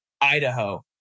Idaho